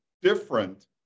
different